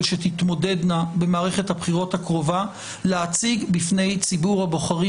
שתתמודדנה במערכת הבחירות הקרובה להציג בפני ציבור הבוחרים